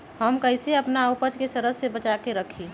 हम कईसे अपना उपज के सरद से बचा के रखी?